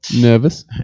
Nervous